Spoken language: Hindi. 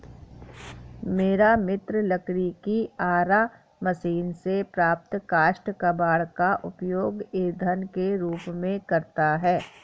मेरा मित्र लकड़ी की आरा मशीन से प्राप्त काष्ठ कबाड़ का उपयोग ईंधन के रूप में करता है